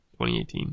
2018